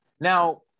Now –